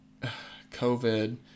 COVID